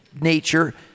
nature